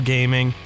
Gaming